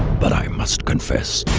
but i must confess,